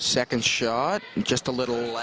second shot just a little